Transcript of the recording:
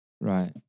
Right